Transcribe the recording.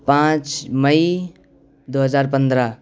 پانچ مئی دو ہزار پندرہ